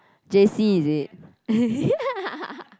j_c is it